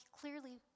clearly